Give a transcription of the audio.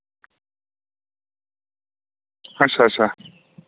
अच्छा अच्छा